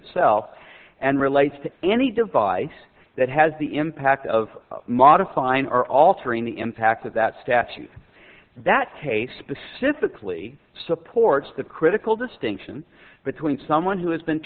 itself and relates to any device that has the impact of modifying or altering the impact of that statute that case specifically supports the critical distinction between someone who has been